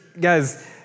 guys